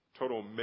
Total